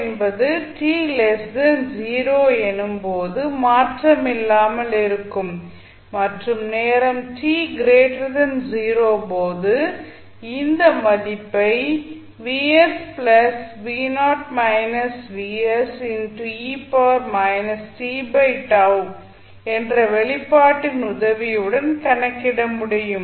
என்பது t 0 எனும் போது மாற்றமில்லாமல் இருக்கும் மற்றும் நேரம் t 0 போது இந்த மதிப்பை என்ற இந்த வெளிப்பாட்டின் உதவியுடன் கணக்கிட முடியும்